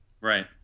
Right